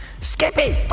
Skippy